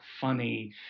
funny